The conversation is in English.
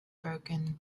broken